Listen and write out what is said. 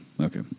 Okay